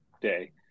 day